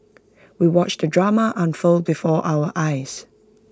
we watched the drama unfold before our eyes